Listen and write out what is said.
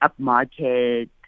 upmarket